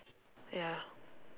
ya